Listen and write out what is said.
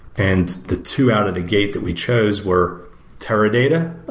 and the two out of the gate that we chose were teradata,